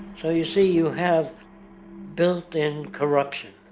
so you see, you have built-in corruption.